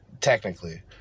Technically